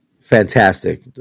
Fantastic